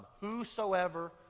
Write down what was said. Whosoever